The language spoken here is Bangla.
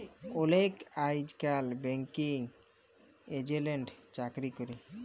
অলেকে আইজকাল ব্যাঙ্কিং এজেল্টের চাকরি ক্যরে